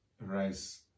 rice